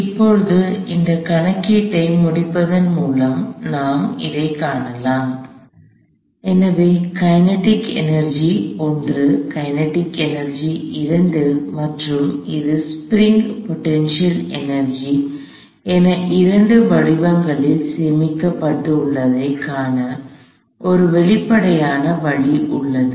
எனவே இப்போது இந்த கணக்கீட்டை முடிப்பதன் மூலம் நாம் காண்கிறோம் எனவே கினெடிக் எனர்ஜி 1 கினெடிக் எனர்ஜி 2 மற்றும் இது ஸ்பிரிங் போடென்ஷியல் எனர்ஜி என இரண்டு வடிவங்களில் சேமிக்கப்பட்டு உள்ளதை காண ஒரு வெளிப்படையான வழி உள்ளது